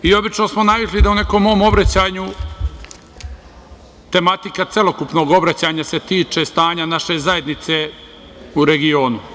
Obično smo navikli da u nekom mom obraćanju tematika celokupnog obraćanja se tiče stanja naše zajednice u regionu.